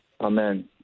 Amen